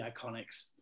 iconics